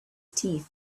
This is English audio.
teeth